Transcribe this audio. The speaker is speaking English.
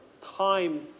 time